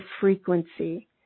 frequency